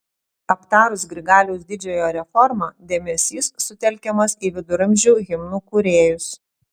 aptarus grigaliaus didžiojo reformą dėmesys sutelkiamas į viduramžių himnų kūrėjus